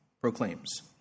proclaims